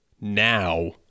now